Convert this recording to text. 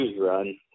run